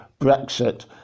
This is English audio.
Brexit